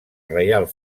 reial